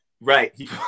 Right